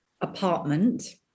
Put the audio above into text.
apartment